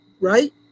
Right